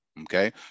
Okay